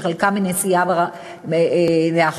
שחלקן מנסיעה לאחור,